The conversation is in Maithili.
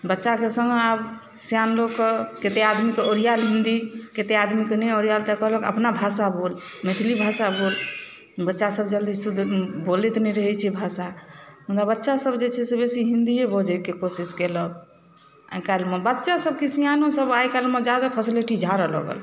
बच्चाके संगे आब सयान लोकके कते आदमीके ओरियाएल हिन्दी कते आदमीके नहि ओरियाएल तऽ कहलक अपना भाषा बोल मैथिली भाषा बोल बच्चा सब जल्दी शुद्ध बोलैत नहि रहै छै भाषा मुदा बच्चा सब जे छै से बेसी हिन्दिये बाजयके कोशिश केलक आइकाल्हिमे बच्चे सबकी सियानो सब आइकाल्हिमे जादा फसलेटी झाड़ऽ लगल